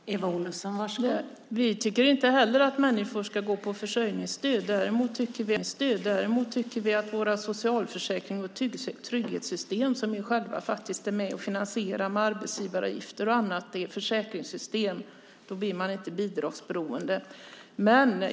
Fru talman! Vi tycker inte heller att människor ska gå på försörjningsstöd. Däremot tycker vi att våra socialförsäkringar och trygghetssystem som vi själva faktiskt är med och finansierar med arbetsgivaravgifter och annat är försäkringssystem. Då blir man inte bidragsberoende.